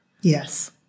yes